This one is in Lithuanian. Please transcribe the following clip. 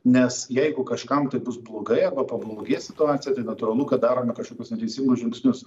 nes jeigu kažkam tai bus blogai arba pablogės situacija tai natūralu kad darant kažkokius neteisingus žingsnius